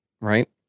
right